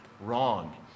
wrong